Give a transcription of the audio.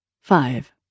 Five